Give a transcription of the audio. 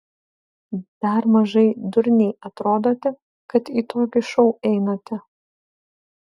dar mažai durniai atrodote kad į tokį šou einate